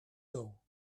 girl